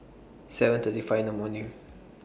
seven thirty five in The morning